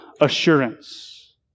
assurance